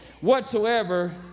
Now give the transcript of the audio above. whatsoever